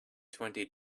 twenty